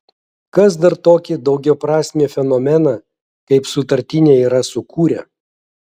kas dar tokį daugiaprasmį fenomeną kaip sutartinė yra sukūrę